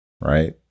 right